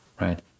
right